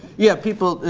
yeah. people,